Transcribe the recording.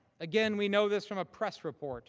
again, we know this from a press report